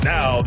Now